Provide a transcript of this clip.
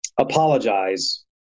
apologize